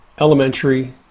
elementary